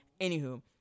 Anywho